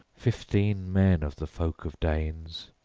fifteen men of the folk of danes,